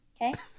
Okay